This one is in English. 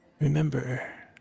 Remember